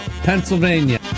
Pennsylvania